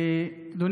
תודה.